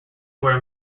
were